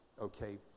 okay